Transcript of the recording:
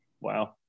wow